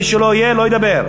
מי שלא יהיה, לא ידבר.